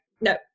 no